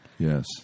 Yes